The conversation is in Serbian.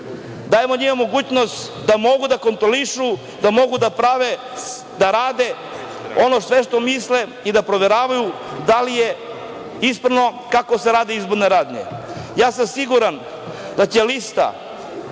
dajemo njima mogućnost da mogu da kontrolišu, da mogu da rade ono sve što misle i da proveravaju da li je ispravno kako se rade izborne radnje. Ja sam siguran da će lista